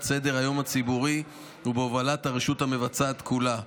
סדר-היום הציבורי ובהובלת הרשות המבצעת כולה.